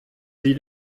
sie